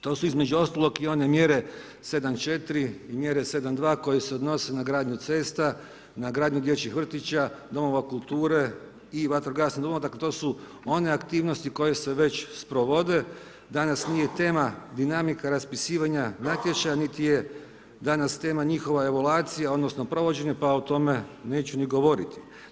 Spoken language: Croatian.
To su između ostalog i one mjere 74 i mjere 72 koje se odnose na gradnju cesta, na gradnju dječjih vrtića, domova kulture i vatrogasnih domova, dakle to su one aktivnosti koje se već sprovode, danas nije tema dinamika raspisivanja natječaja niti je danas tema njihova evaluacija odnosno provođenje, pa o tome neću ni govoriti.